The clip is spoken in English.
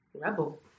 Rebel